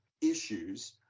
issues